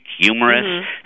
humorous